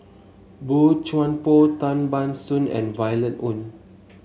Boey Chuan Poh Tan Ban Soon and Violet Oon